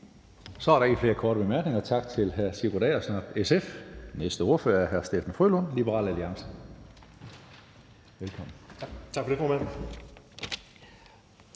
Så er der ikke flere korte bemærkninger. Tak til hr. Sigurd Agersnap, SF. Næste ordfører er hr. Steffen W. Frølund, Liberal Alliance. Velkommen. Kl. 17:30 (Ordfører)